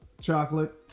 chocolate